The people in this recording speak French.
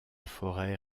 forêt